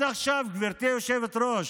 גברתי היושבת-ראש,